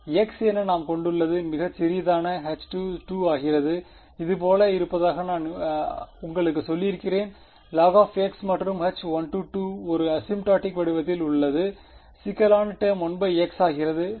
x என நாம் கொண்டுள்ளது மிகச் சிறியதான H0 ஆகிறது இது போல் இருப்பதாக நான் உங்களுக்குச் சொல்லியிருக்கிறேன் log மற்றும் H1 ஒரு ஆசிம்ப்டாடிக் வடிவத்தில் உள்ளது சிக்கலான டேர்ம் 1x ஆகிறது சரி